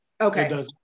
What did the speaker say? Okay